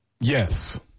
Yes